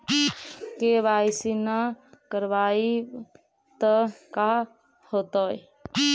KYC न करवाई तो का हाओतै?